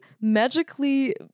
magically